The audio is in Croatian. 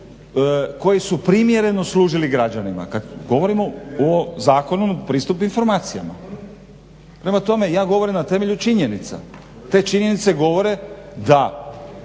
koji su primjereno služili građanima, kad govorimo o Zakonu na pristup informacijama. Prema tome ja govorim na temelju činjenica, te činjenice govore da